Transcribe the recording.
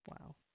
Wow